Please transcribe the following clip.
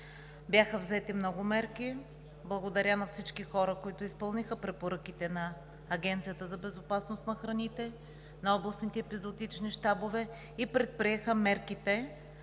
Бяха взети много мерки. Благодаря на всички хора, които изпълниха препоръките на Агенцията за безопасност на храните, на областните епизоотични щабове и предприеха мерките,